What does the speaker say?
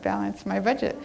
balance my budget